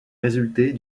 résulter